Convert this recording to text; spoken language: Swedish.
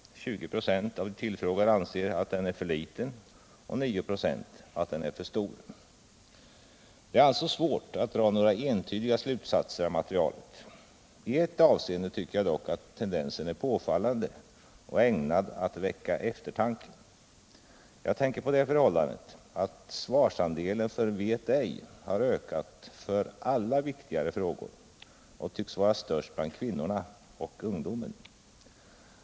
20 96 av de tillfrågade anser att den är för liten och 9 96 att den är för stor. Det är alltså svårt att dra några entydiga slutsatser av materialet. I ett avseende tycker jag dock att tendensen är påfallande och ägnad att väcka eftertanke. Jag tänker på det förhållandet att svarsandelen för ”vet ej” har ökat för alla viktigare frågor och tycks vara störst bland kvinnorna och ungdomen.